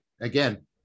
again